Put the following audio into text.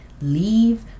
leave